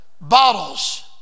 bottles